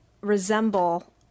resemble